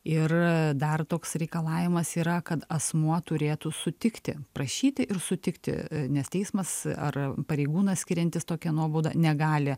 ir dar toks reikalavimas yra kad asmuo turėtų sutikti prašyti ir sutikti nes teismas ar pareigūnas skiriantis tokią nuobaudą negali